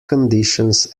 conditions